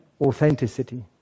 authenticity